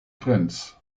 trends